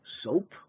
soap